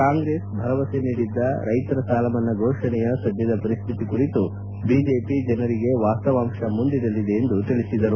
ಕಾಂಗ್ರೆಸ್ ಭರವಸೆ ನೀಡಿದ್ದ ರೈತರ ಸಾಲಮನ್ನಾ ಘೋಷಣೆಯ ಸದ್ಯದ ಪರಿಸ್ಥಿತಿ ಕುರಿತು ಬಿಜೆಪಿ ಜನರಿಗೆ ವಾಸ್ತವಾಂಶ ಮುಂದಿಡಲಿದೆ ಎಂದು ತಿಳಿಸಿದರು